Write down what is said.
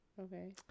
Okay